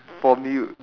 for me